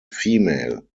female